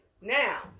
Now